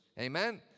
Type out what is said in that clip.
Amen